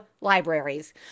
libraries